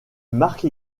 marque